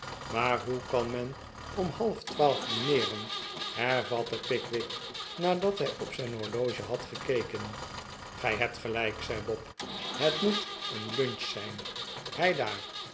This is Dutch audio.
maar hoe kan men om halftwaalf dineeren hervatte pickwick nadat hij op zijn horloge had gekeken gij hebt gelijk zei bob het moet een lunch zijn heidaar